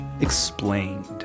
explained